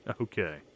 Okay